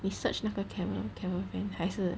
你 search 那个 cara~ caravan 还是